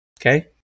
Okay